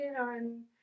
on